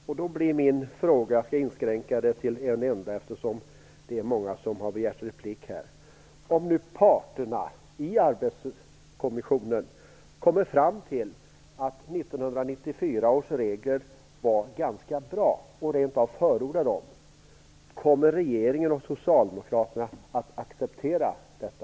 Jag skall inskränka mig i övrigt till att endast ställa en fråga eftersom det är många som har begärt replik: Om nu parterna i Arbetsrättskommissionen kommer fram till att 1994 års regler var ganska bra och rent av förordar dem, kommer regeringen och socialdemokraterna att acceptera detta?